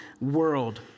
world